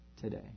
today